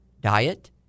diet